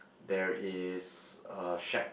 there is a shack